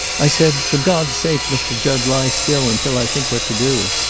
i said, for god's sake, mr. jud, lie still, until i think what to do.